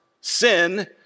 Sin